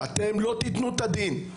אתם לא תיתנו את הדין.